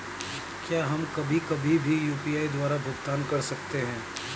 क्या हम कभी कभी भी यू.पी.आई द्वारा भुगतान कर सकते हैं?